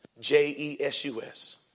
J-E-S-U-S